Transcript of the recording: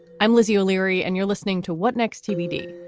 i'm lizzie o'leary and you're listening to what next tbd,